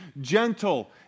gentle